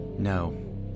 No